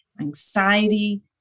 anxiety